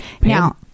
Now